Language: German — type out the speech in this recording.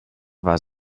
war